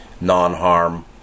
non-harm